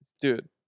Dude